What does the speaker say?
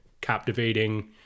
captivating